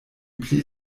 pli